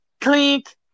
clink